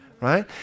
right